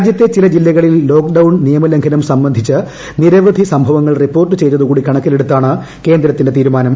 രാജ്യത്തെ ചില ജില്ലകളിൽ ലോക്ക് ഡൌൺ നിയമ ലംഘനം സംബന്ധിച്ച് നിരവധി സംഭവങ്ങൾ റിപ്പോർട്ട് ചെയ്തതു കൂടി കണക്കിലെടുത്താണ് കേന്ദ്രത്തിന്റെ പൂത്പൂർുമാനം